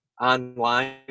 online